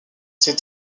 ses